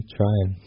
trying